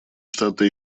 штаты